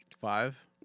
Five